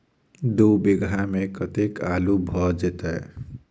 दु बीघा मे कतेक आलु भऽ जेतय?